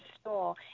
store